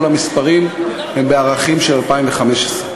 כל המספרים הם בערכים של 2015,